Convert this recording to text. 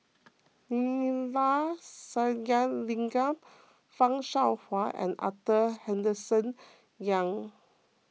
Neila Sathyalingam Fan Shao Hua and Arthur Henderson Young